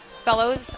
fellows